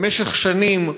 במשך שנים,